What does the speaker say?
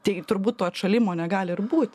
tai turbūt to atšalimo negali ir būt